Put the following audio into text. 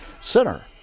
Center